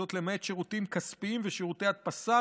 וזאת למעט שירותים כספיים ושירותי הדפסה,